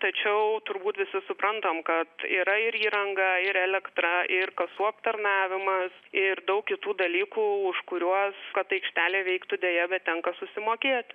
tačiau turbūt visi suprantam kad yra ir įranga yra elektra ir kasų aptarnavimas ir daug kitų dalykų už kuriuos kad aikštelė veiktų deja bet tenka susimokėti